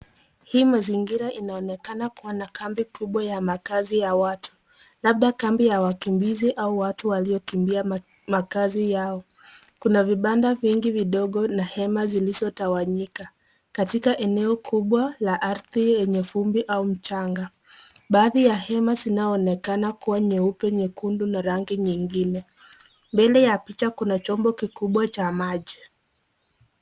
Hii mazingira inaonekana kua na kambi kubwa ya makaazi ya watu, labda kambi ya wakimbizi ama watu walio kimbia makaazi yao. Kuna vibanda vingi vidogo na hema zilizo tawanyika. Katika eneo kubwa la ardhi yenye vumbi au mchanga. Baadhi ya hema zinaonekana kua nyeupe, nyekundu na rangi nyingine. Mbele ya picha kuna chombo kikubwa cha maji